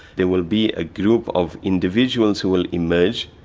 there will be a group of individuals who will emerge.